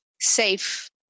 safe